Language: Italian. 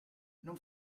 non